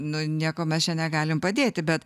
nu niekuo mes čia negalim padėti bet